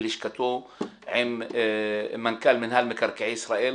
בלשכתו עם מנכ"ל מינהל מקרקעי ישראל,